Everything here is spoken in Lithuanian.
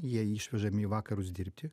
jie išvežami į vakarus dirbti